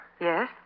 Yes